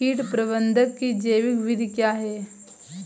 कीट प्रबंधक की जैविक विधि क्या है?